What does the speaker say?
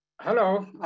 Hello